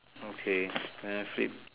okay then I flip